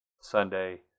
Sunday